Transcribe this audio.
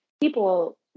people